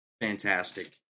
fantastic